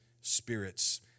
spirits